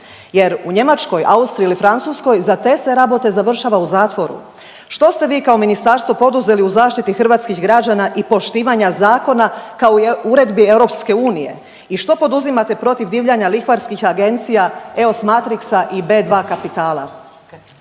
jer u Njemačkoj, Austriji ili Francuskoj za te se rabote završava u zatvoru. Što ste vi kao ministarstvo poduzeli u zaštiti hrvatskih građana i poštivanja zakona kao i uredbi EU i što poduzimate protiv divljanja lihvarskih agencija EOS Matrixa i B2 Kapitala?